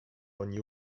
ogni